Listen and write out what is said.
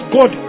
God